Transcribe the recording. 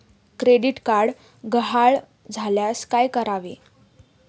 Credit card गहाळ झाल्यास काय करावे?